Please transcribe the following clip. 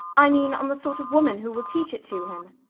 i mean on the sort of woman who will teach it to him.